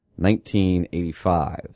1985